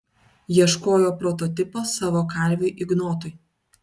ieškojo prototipo savo kalviui ignotui